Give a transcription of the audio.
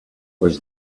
was